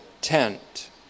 tent